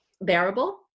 bearable